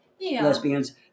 lesbians